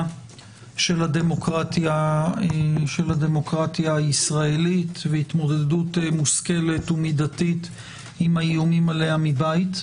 של הדמוקרטיה הישראלית והתמודדות מושכלת ומידתית עם האיומים עליה מבית.